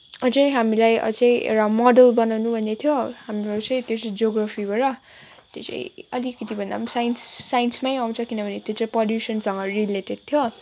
अझै हामीलाई अझै एउटा मोडल बनाउनु भनेको थियो हाम्रो चाहिँ त्यो चाहिँ जोग्राफीबाट त्यो चाहिँ अलिकति भन्दा पनि साइन्स साइन्समै आउँछ किनभने त्यो चाहिँ पोल्युसनसँग रिलेटेड थियो